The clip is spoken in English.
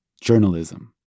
journalism